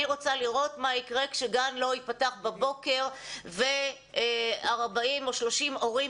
אני רוצה לראות מה יקרה כשגן לא יפתח בבוקר ו-40 או 30 הורים